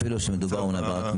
אפילו שמדובר ב- --,